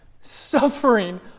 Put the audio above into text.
suffering